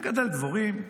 מגדל דבורים.